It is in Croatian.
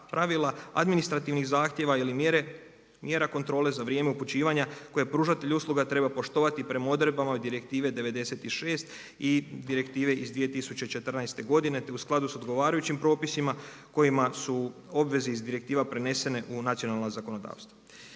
pravila, administrativnih zahtjeva ili mjera kontrole za vrijeme upućivanja koje pružatelj usluga treba poštovati prema odredbama Direktivne 96 i Direktivne iz 2014. godine, te u skladu sa odgovarajućim propisima kojima su obveze iz direktiva prenesene u nacionalna zakonodavstva.